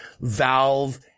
Valve